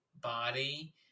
body